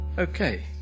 Okay